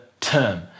term